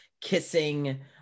kissing